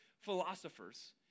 philosophers